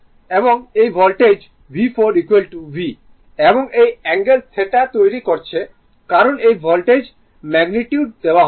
এবং এই voltage V4 V এবং এই অ্যাঙ্গেল theta তৈরি করছে কারণ এই ভোল্টেজ ম্যাগনিটিউডস দেওয়া হয়